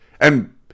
And-